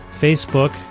Facebook